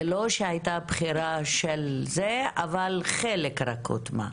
זה לא שהייתה בחירה של זה, אבל חלק רק הוטמע.